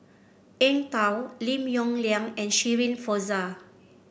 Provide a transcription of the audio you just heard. Eng Tow Lim Yong Liang and Shirin Fozdar